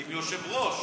עם יושב-ראש.